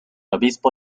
obispo